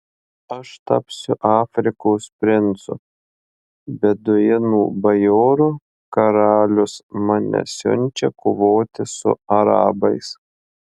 aš tapsiu afrikos princu beduinų bajoru karalius mane siunčia kovoti su arabais